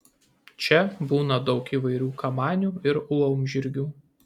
čia būna daug įvairių kamanių ir laumžirgių